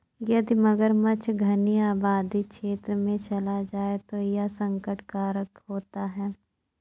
यदि मगरमच्छ घनी आबादी क्षेत्र में चला जाए तो यह संकट कारक होता है